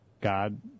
God